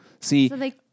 See